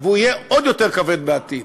והוא יהיה עוד יותר כבד בעתיד.